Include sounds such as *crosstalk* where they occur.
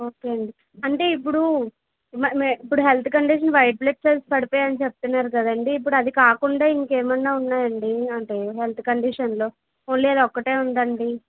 ఒకే అండి అంటే ఇప్పుడు *unintelligible* ఇప్పుడు health condition white blood cells పడిపోయాయి అని చెప్తున్నారు కదండి ఇప్పుడు అది కాకుండా ఇంకేమన్నా ఉన్నాయండి అంటే హెల్త్ కండిషన్లో ఓన్లీ అదొకటే ఉందండి